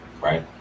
Right